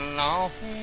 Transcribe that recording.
long